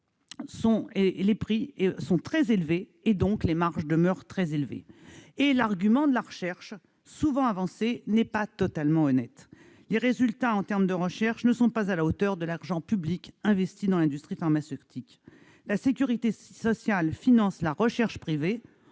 ce qui permet la réalisation de fortes marges. L'argument de la recherche, souvent avancé, n'est pas totalement honnête. En effet, les résultats en termes de recherche ne sont pas à la hauteur de l'argent public investi dans l'industrie pharmaceutique. La sécurité sociale finance la recherche privée